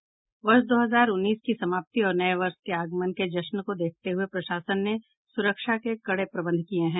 वर्ष दो हजार उन्नीस की समाप्ति और नये वर्ष के आगमन के जश्न को देखते हए प्रशासन ने सुरक्षा के कड़े इंतजाम किये है